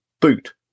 boot